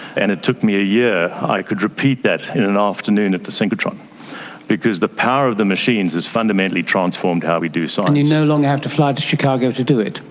and it took me a year, i could repeat that in an afternoon at the synchrotron because the power of the machines has fundamentally transformed how we do science. so and you no longer have to fly to chicago to do it.